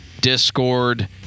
Discord